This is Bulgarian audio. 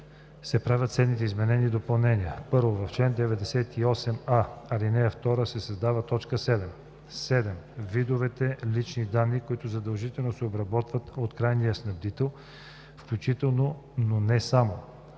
се правят следните изменения и допълнения: 1. В чл. 98а, ал. 2 се създава т. 7: „7. видовете лични данни, които задължително се обработват от крайния снабдител, включително, но не само: